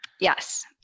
Yes